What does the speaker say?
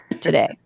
today